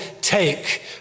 take